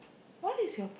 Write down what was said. what is your